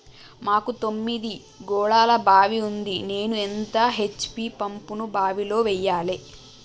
మాకు తొమ్మిది గోళాల బావి ఉంది నేను ఎంత హెచ్.పి పంపును బావిలో వెయ్యాలే?